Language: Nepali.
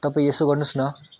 तपाईँ यसो गर्नुहोस् न